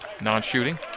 non-shooting